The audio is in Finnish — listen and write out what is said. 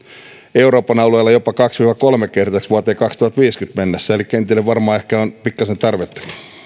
euroopan alueella jopa kaksi viiva kolme kertaiseksi vuoteen kaksituhattaviisikymmentä mennessä eli kentille ehkä on pikkasen tarvetta